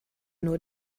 nur